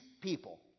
people